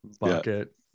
Bucket